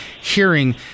hearing